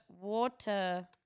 Water